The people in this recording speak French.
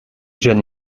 jeunes